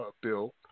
bill